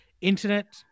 internet